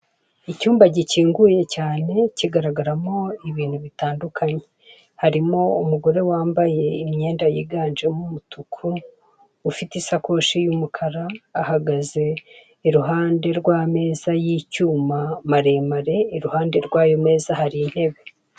Icyumba gikinguye cyane kigaragaramo ibintu bitandukanye harimo umugore wambaye imyenda yiganjemo umutuku ufite isakoshi y'umukara ahagaze i ruhande rw'ameza y'icyuma maremare i ruhande rwayo meza hari intebe.